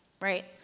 right